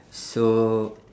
so